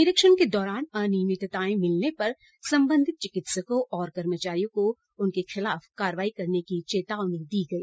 निरीक्षण के दौरान अनियमितताएं मिलने पर संबंधित चिकित्सकों और कर्मचारियों को उनके खिलाफ कार्रवाई करने की चेतावनी दी गई